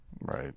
Right